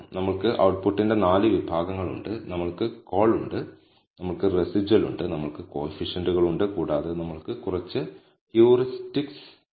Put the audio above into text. നമ്മൾക്ക് ഔട്ട്പുട്ടിന്റെ 4 വിഭാഗങ്ങൾ ഉണ്ട് നമ്മൾക്ക് കോൾ ഉണ്ട് നമ്മൾക്ക് റെസിജ്വൽ ഉണ്ട് നമ്മൾക്ക് കോയിഫിഷ്യൻറുകളുണ്ട് കൂടാതെ നമ്മൾക്ക് കുറച്ച് ഹ്യൂറിസ്റ്റിക്സ് ചുവടെയുണ്ട്